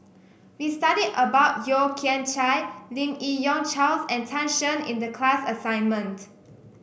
we studied about Yeo Kian Chai Lim Yi Yong Charles and Tan Shen in the class assignment